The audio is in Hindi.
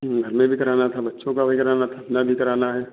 जी हमें भी कराना था बच्चों का भी कराना था अपना भी कराना था